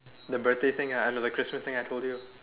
the birthday thing ah eh no the Christmas thing I told you